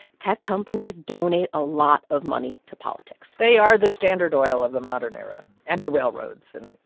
tech companies donate a lot of money to politics they are the standard oil of the modern era and the railroads, and.